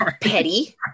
petty